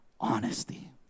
honesty